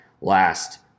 last